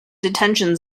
detention